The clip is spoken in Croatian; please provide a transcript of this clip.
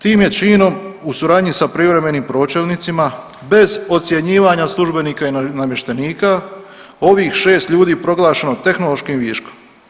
Tim je činom u suradnji sa privremenim pročelnicima bez ocjenjivanja službenika i namještenika ovih 6 ljudi proglašeno tehnološkim viškom.